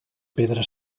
pedra